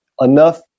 Enough